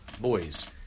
boys